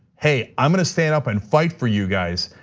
hey, i'm gonna stand up and fight for you guys.